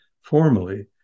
formally